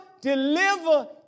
deliver